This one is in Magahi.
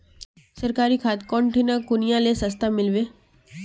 सरकारी खाद कौन ठिना कुनियाँ ले सस्ता मीलवे?